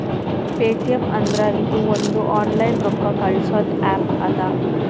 Paytm ಅಂದುರ್ ಇದು ಒಂದು ಆನ್ಲೈನ್ ರೊಕ್ಕಾ ಕಳ್ಸದು ಆ್ಯಪ್ ಅದಾ